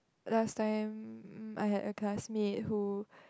last time I had a classmate who